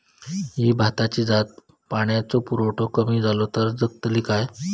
ही भाताची जात पाण्याचो पुरवठो कमी जलो तर जगतली काय?